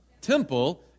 Temple